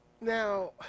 Now